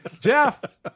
Jeff